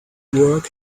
work